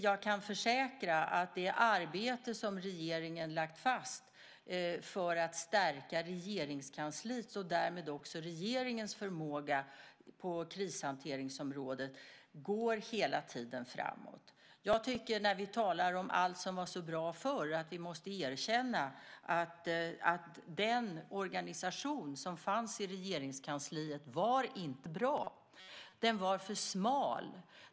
Jag kan försäkra att det arbete som regeringen lagt fast för att stärka Regeringskansliets och därmed också regeringens förmåga på krishanteringsområdet hela tiden går framåt. Jag tycker att vi, när vi talar om allt som var så bra förr, måste erkänna att den organisation som fanns i Regeringskansliet inte var bra. Den var för smal.